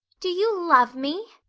do you love me?